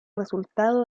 resultado